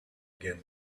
again